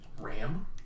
Ram